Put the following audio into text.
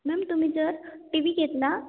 ma'am तुम्ही जर T V घेतला